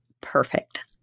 perfect